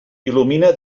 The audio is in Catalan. il·lumina